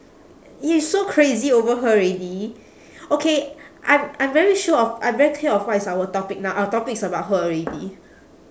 you're so crazy over her already okay I'm I'm very sure of I'm very clear of what is our topic now our topic is about her already